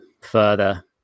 further